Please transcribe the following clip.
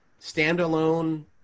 standalone